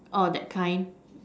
that kind